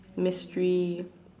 mystery